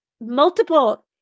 multiple